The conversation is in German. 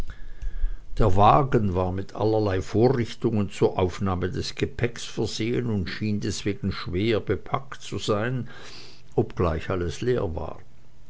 der wagen war mit allerlei vorrichtungen zur aufnahme des gepäckes versehen und schien deswegen schwer bepackt zu sein obgleich alles leer war